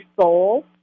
soul